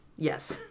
Yes